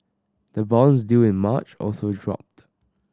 the bonds due in March also dropped